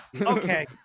Okay